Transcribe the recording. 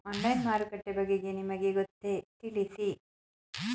Online ಮಾರುಕಟ್ಟೆ ಬಗೆಗೆ ನಿಮಗೆ ಗೊತ್ತೇ? ತಿಳಿಸಿ?